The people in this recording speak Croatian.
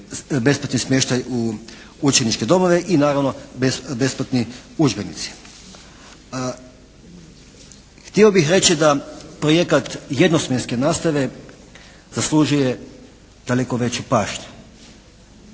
besplatni smještaj u učeničke domove i naravno besplatni udžbenici. Htio bih reći da projekat jednosmjenske nastave zaslužuje daleko veću pažnju.